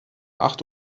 acht